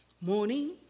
morning